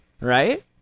right